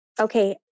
okay